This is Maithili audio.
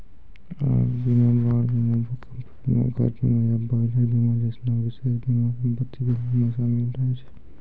आग बीमा, बाढ़ बीमा, भूकंप बीमा, घर बीमा या बॉयलर बीमा जैसनो विशेष बीमा सम्पति बीमा मे शामिल रहै छै